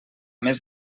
més